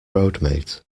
roadmate